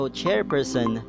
chairperson